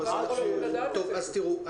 תראו,